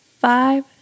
five